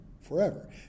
forever